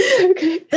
Okay